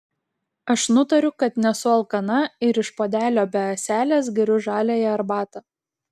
aš nutariu kad nesu alkana ir iš puodelio be ąselės geriu žaliąją arbatą